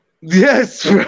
Yes